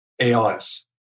ALS